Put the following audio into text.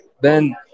Ben